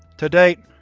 to date,